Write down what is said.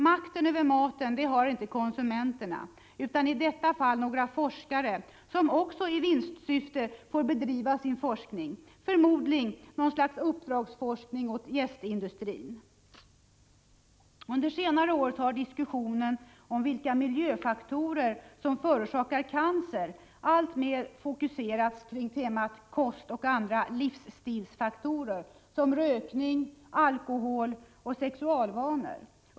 Makten över maten har inte konsumenterna utan i detta fall några forskare, som också i vinstsyfte får bedriva sin forskning — förmodligen något slags uppdragsforskning åt jästindustrin. Under senare år har diskussionen om vilka miljöfaktorer som förorsakar cancer alltmer fokuserats kring temat kost och andra ”livsstilsfaktorer” , som rökning, alkohol och sexualvanor.